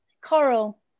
coral